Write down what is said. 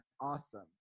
awesome